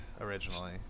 originally